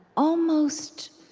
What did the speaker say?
almost